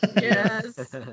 Yes